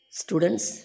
students